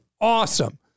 awesome